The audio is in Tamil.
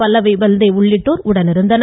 பல்லவி பல்தேவ் உள்ளிட்டோர் உடனிருந்தனர்